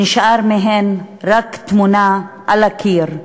נשארה מהן רק תמונה על הקיר,